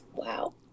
Wow